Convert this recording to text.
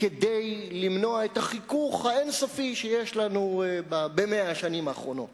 כדי למנוע את החיכוך האין-סופי שיש לנו ב-100 השנים האחרונות